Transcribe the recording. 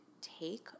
take